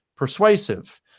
persuasive